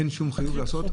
אין חיוב לעשות.